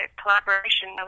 collaboration